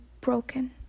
broken